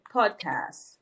podcast